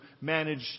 manage